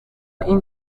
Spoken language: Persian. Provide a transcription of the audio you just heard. این